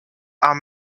are